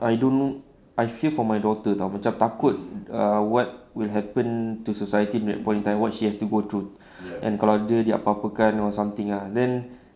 I don't know I feel for my daughter [tau] macam takut ah what will happen to society that point in time what she has to go through and kalau dia di apa-apa kan or something ah then